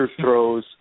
throws